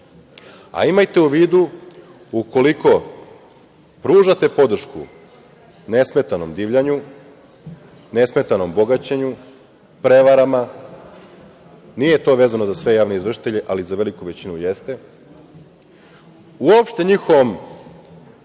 u vidu, ukoliko pružate podršku nesmetanom divljanju, nesmetanom bogaćenju, prevarama, nije to vezano za sve javne izvršitelje ali za veliku većinu jeste, uopšte njihovom